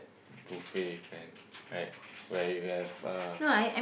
buffet kind right where you have uh